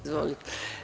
Izvolite.